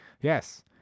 yes